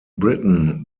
britain